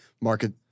Market